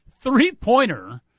three-pointer